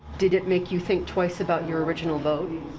did it make you think twice about your original vote?